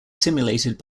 simulated